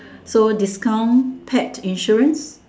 so discount pet insurance